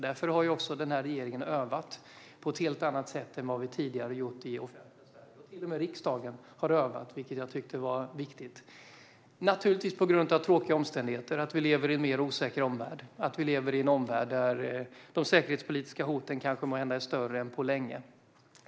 Därför har regeringen övat på ett helt annat sätt än vad vi tidigare har gjort i det offentliga Sverige. Till och med riksdagen har övat, vilket jag tyckte var viktigt. Detta har naturligtvis skett på grund av tråkiga omständigheter och på grund av att vi lever i en mer osäker omvärld, där de säkerhetspolitiska hoten kanske är större än på länge.